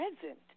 present